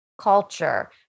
Culture